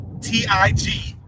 T-I-G